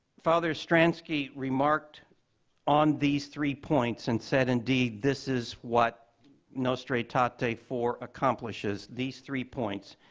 father stransky remarked on these three points, and said indeed this is what nostra aetate ah aetate four accomplishes, these three points,